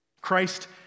Christ